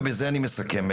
ובזה אני מסכם,